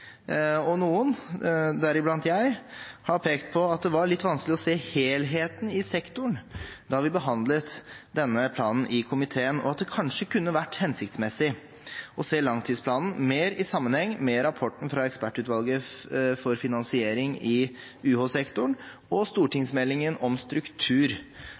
og noen, deriblant jeg, har pekt på at det var litt vanskelig å se helheten i sektoren da vi behandlet denne planen i komiteen, og at det kanskje kunne ha vært hensiktsmessig å se langtidsplanen mer i sammenheng med rapporten fra ekspertutvalget for finansiering i UH-sektoren og stortingsmeldingen om struktur